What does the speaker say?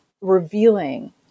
revealing